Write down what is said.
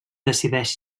decideix